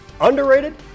Underrated